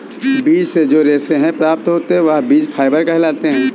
बीज से जो रेशे से प्राप्त होते हैं वह बीज फाइबर कहलाते हैं